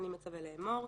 אני מצווה לאמור: